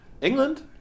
England